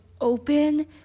open